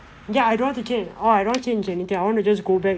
ya I don't want to change I won't change anything I want to just go back and